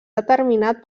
determinat